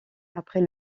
après